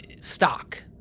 stock